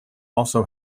also